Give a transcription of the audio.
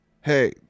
Hey